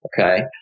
okay